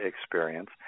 experience